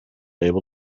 able